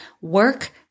work